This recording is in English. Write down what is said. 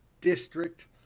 district